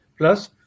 Plus